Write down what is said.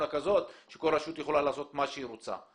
כזאת שכל רשות יכולה לעשות מה שהיא רוצה.